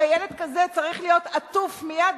הרי ילד כזה צריך להיות עטוף מייד,